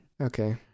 Okay